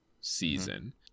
season